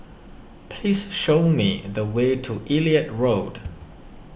please show me the way to Elliot Road